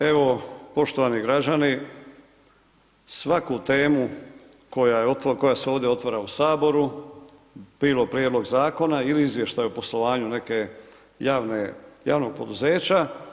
Evo, poštovani građani, svaku temu, koja se ovdje otvara u Saboru bilo prijedlog Zakona ili izvještaj o poslovanju nekog javnog poduzeća.